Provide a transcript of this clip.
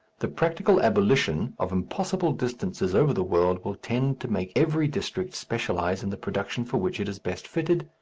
the practical abolition of impossible distances over the world will tend to make every district specialize in the production for which it is best fitted,